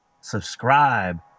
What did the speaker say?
subscribe